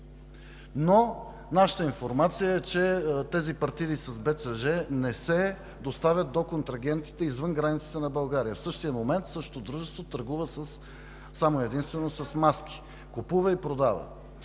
Нашата информация е, че тези партиди с БЦЖ не се доставят до контрагентите извън границите на България, а в същия момент същото дружество търгува само и единствено с маски – купува и продава.